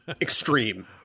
extreme